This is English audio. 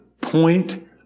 point